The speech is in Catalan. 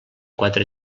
quatre